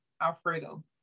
Alfredo